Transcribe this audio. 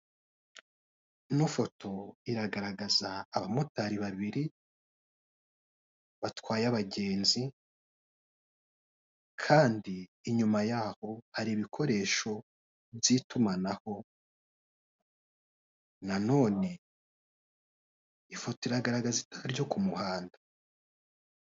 Ino foto iragaragaza abamotari babiri batwaye abgenzi, kandi inyuma yaho hari ibikoresho by'itumanaho. Nanone ifoto iragaragaza ipoto ryo ku muhanda.